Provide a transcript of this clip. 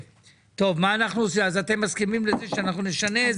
טוב, אתם מסכימים לזה שאנחנו נשנה את זה?